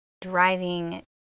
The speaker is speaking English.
driving